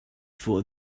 for